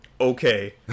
okay